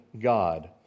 God